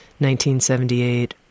1978